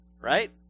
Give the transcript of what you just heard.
right